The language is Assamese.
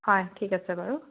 হয় ঠিক আছে বাৰু